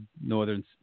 northern